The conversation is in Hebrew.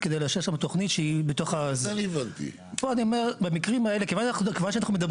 לכן זה הוגדר כאזור מגורים בנחלה שבו אפשר לעשות